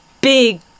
big